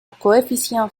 coefficients